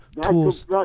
tools